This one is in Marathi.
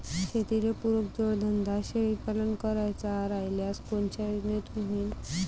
शेतीले पुरक जोडधंदा शेळीपालन करायचा राह्यल्यास कोनच्या योजनेतून होईन?